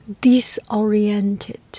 disoriented